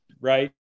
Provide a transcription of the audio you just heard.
Right